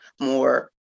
more